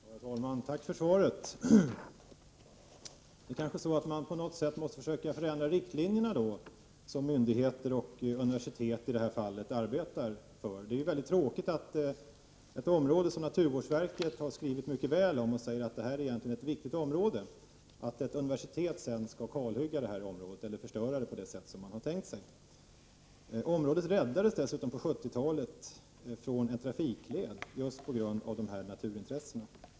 Herr talman! Tack för svaret. Det är kanske så att man måste försöka ändra riktlinjerna som myndigheter och universitet i detta fall arbetar efter. Det är mycket tråkigt att ett universitet skall kalhugga eller förstöra ett område, som naturvårdsverket har skrivit mycket väl om och påstått vara ett egentligen viktigt område. Området räddades på 70-talet från att bli en trafikled just på grund av naturintressena.